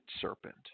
serpent